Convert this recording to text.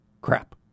Crap